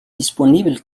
disponibles